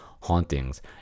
hauntings